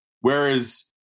Whereas